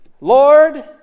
Lord